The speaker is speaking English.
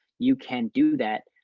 you can do that.